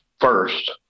first